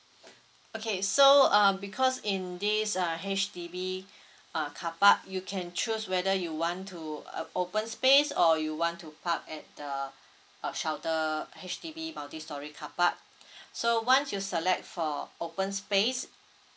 okay so uh because in this uh H_D_B uh car park you can choose whether you want to a open space or you want to park at the a shelter H_D_B multi storey carpark so once you select for open space